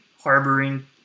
harboring